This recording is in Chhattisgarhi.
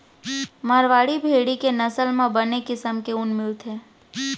मारवाड़ी भेड़ी के नसल म बने किसम के ऊन मिलथे